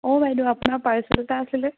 অঁ বাইদেউ আপোনাৰ পাৰ্চেল এটা আছিলে